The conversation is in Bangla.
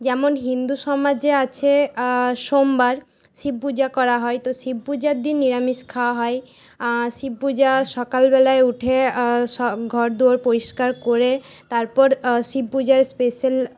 যেমন হিন্দু সমাজে আছে সোমবার শিব পূজা করা হয় তো শিব পূজার দিন নিরামিষ খাওয়া হয় শিব পূজা সকালবেলায় উঠে ঘর দোর পরিষ্কার করা হয় পরিষ্কার করে তারপরে শিব পূজার স্পেশাল